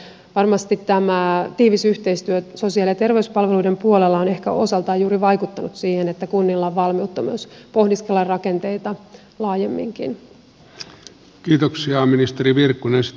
eli siellä varmasti tämä tiivis yhteistyö sosiaali ja terveyspalveluiden puolella on ehkä osaltaan juuri vaikuttanut siihen että kunnilla on valmiutta myös pohdiskella rakenteita laajemminkin